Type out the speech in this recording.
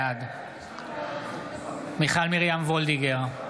בעד מיכל מרים וולדיגר,